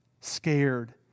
scared